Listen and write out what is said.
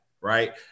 right